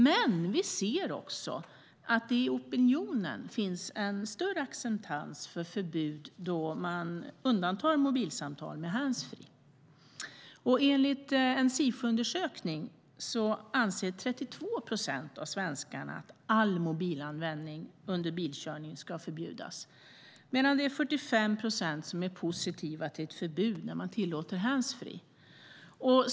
Men vi ser också att det finns en större acceptans i opinionen för ett förbud då mobilsamtal med handsfree undantas. Enligt en Sifoundersökning anser 32 procent av svenskarna att all mobilanvändning under bilkörning bör förbjudas, medan det är 45 procent som är positiva till ett förbud där man tillåter handsfree.